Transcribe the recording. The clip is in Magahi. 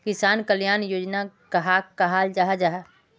किसान कल्याण योजना कहाक कहाल जाहा जाहा?